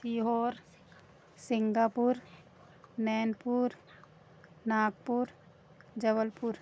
Sehore Singapore Nainpur Nagpur Jabalpur